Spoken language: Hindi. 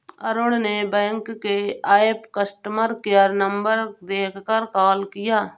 अरुण ने बैंक के ऐप कस्टमर केयर नंबर देखकर कॉल किया